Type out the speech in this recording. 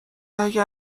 اگر